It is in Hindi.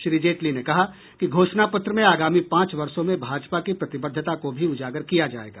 श्री जेटली ने कहा कि घोषणा पत्र में आगामी पांच वर्षो में भाजपा की प्रतिबद्धता को भी उजागर किया जाएगा